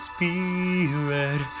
Spirit